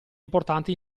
importante